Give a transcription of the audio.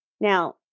Now